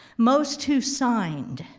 most who signed,